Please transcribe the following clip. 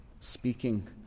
speaking